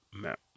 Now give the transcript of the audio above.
map